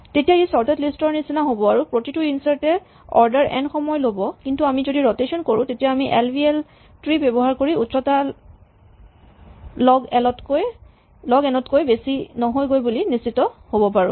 তেতিয়া ই sorted list ৰ নিচিনা হ'ব আৰু প্ৰতিটো ইনচাৰ্টে অৰ্ডাৰ এন সময় ল'ব কিন্তু আমি যদি ৰটেচন কৰো তেতিয়া আমি এ ভি এল ট্ৰী ব্যৱহাৰ কৰি উচ্চতা লগ এন তকৈ বেছি নহয়গৈ বুলি নিশ্চিত হ'ব পাৰো